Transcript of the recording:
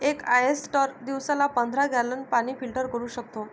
एक ऑयस्टर दिवसाला पंधरा गॅलन पाणी फिल्टर करू शकतो